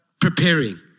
preparing